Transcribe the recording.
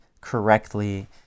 correctly